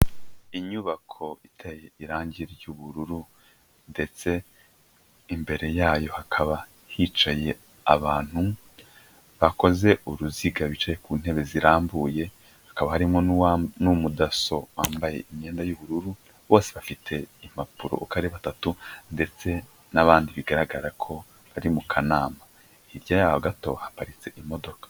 Inyubakoteye irangi ry'ubururu ndetse imbere yayo hakaba hicaye abantu, bakoze uruzigace ku ntebe zirambuye, hakaba harimo n'umu daso wambaye imyenda y'ubururu, bose afite impapuro uko ari batatu, ndetse n'abandi bigaragara ko bari mu kanama, hirya yabo gato haparitse imodoka